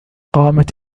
قامت